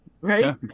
Right